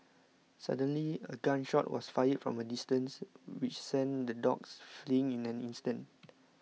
suddenly a gun shot was fired from a distance which sent the dogs fleeing in an instant